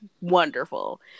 wonderful